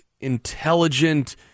intelligent